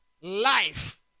life